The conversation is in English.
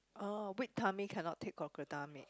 oh weak tummy cannot take crocodile meh